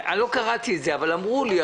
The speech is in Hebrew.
לא קראתי את זה אבל אמרו לי,